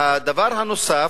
הדבר הנוסף,